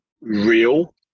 real